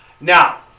Now